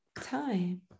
time